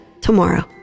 tomorrow